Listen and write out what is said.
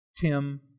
Tim